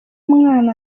mwana